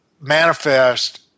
manifest